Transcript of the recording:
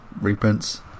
reprints